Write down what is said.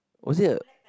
was it a